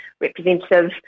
representative